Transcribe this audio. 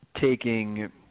taking